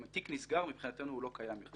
אם תיק נסגר, מבחינתנו הוא לא קיים בכלל.